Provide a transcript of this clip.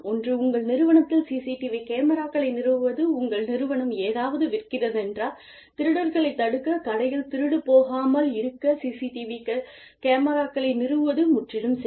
ஒன்று உங்கள் நிறுவனத்தில் சிசிடிவி கேமராக்களை நிறுவுவது உங்கள் நிறுவனம் ஏதாவது விற்கிறதென்றால் திருடர்களைத் தடுக்க கடையில் திருடு போகாமல் இருக்க சிசிடிவி கேமராக்களை நிறுவுவது முற்றிலும் சரி